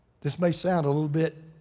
this may sound a little bit,